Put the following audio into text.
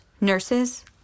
nurses